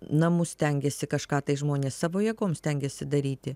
namus stengiasi kažką tai žmonės savo jėgom stengiasi daryti